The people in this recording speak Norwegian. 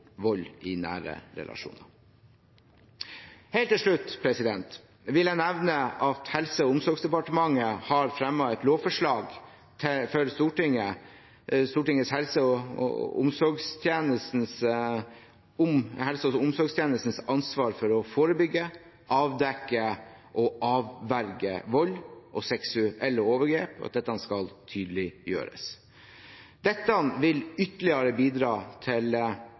vold i nære relasjoner. Helt til slutt vil jeg nevne at Helse- og omsorgsdepartementet har fremmet et lovforslag for Stortinget om helse- og omsorgstjenestens ansvar for å forebygge, avdekke og avverge vold og seksuelle overgrep, og at dette skal tydeliggjøres. Dette vil ytterligere bidra til